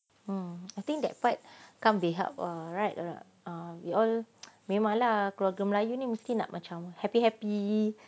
oh I think that part can't be helped right we all memang lah keluarga melayu ni mesti nak macam happy happy